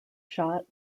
shot